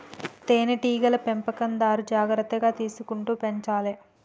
తేనె టీగల పెంపకందారు జాగ్రత్తలు తీసుకుంటూ పెంచాలే